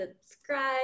subscribe